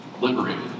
liberated